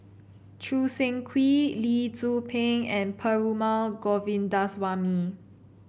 Choo Seng Quee Lee Tzu Pheng and Perumal Govindaswamy